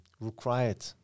required